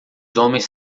homens